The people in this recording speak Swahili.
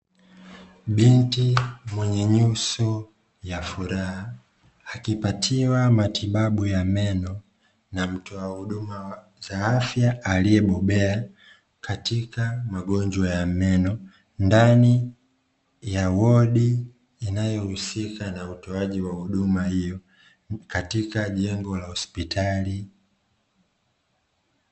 Binti mwenye nyuso ya furaha akipatiwa matibabu ya meno, na mtoa huduma za afya aliyebobea katika magonjwa ya meno, ndani ya wodi inayohusika na utoaji wa huduma hiyo katika jengo la hospitali.